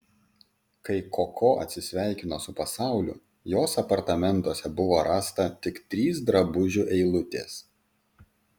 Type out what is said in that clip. kai koko atsisveikino su pasauliu jos apartamentuose buvo rasta tik trys drabužių eilutės